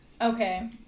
Okay